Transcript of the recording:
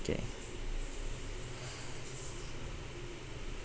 okay